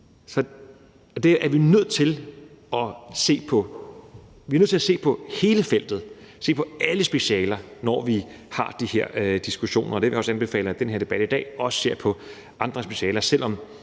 med. Vi er nødt til at se på hele feltet, at se på alle specialer, når vi har de her diskussioner, og vi har også anbefalet, at vi i den her debat i dag også ser på andre specialer. Selv om